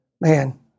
man